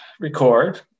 record